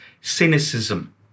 cynicism